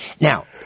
Now